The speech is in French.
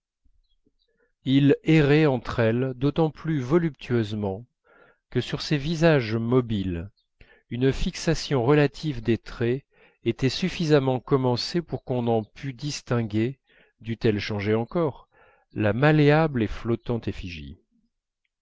il errait entre elles d'autant plus voluptueusement que sur ces visages mobiles une fixation relative des traits était suffisamment commencée pour qu'on en pût distinguer dût-elle changer encore la malléable et flottante effigie